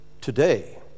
today